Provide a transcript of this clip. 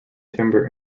timber